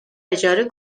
اجاره